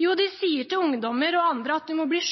Jo, de sier til ungdommer og andre at du må bli